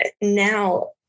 now